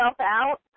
out